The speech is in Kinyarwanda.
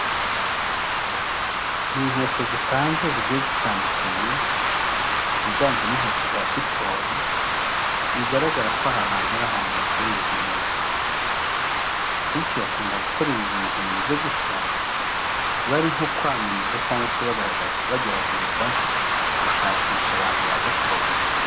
Ni inkweto zipanze zigiye zitandukanye higanjemo inkweto za siporo bigaragara ko aha hantu hari ahantu hacururiza inkweto akenshi bakunda gukora ibi bintu bimeze gutya bari nko kwamamaza cyangwa se bagerageza gushakisha abantu baza kubagurira.